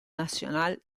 nacional